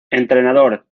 entrenador